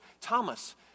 Thomas